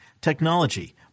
technology